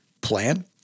plan